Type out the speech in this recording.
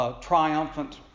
triumphant